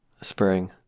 Spring